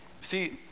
See